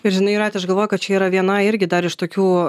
ir žinai jūrate aš galvoju kad čia yra viena irgi dar iš tokių